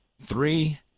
Three